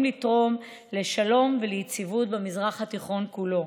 לתרום לשלום וליציבות במזרח התיכון כולו.